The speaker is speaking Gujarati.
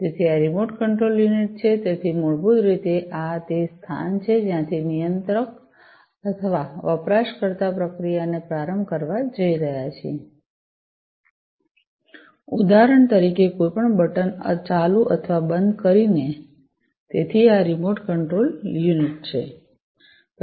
તેથી આ રીમોટ કંટ્રોલ યુનિટ છે તેથી મૂળભૂત રીતે આ તે સ્થાન છે જ્યાંથી નિયંત્રક અથવા વપરાશકર્તા પ્રક્રિયાને પ્રારંભ કરવા જઈ રહ્યા છે ઉદાહરણ તરીકે કોઈ પણ બટન ચાલુ અથવા બંધ કરીને તેથી આ રીમોટ કંટ્રોલ યુનિટ છે